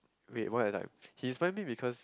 wait what if like he find me because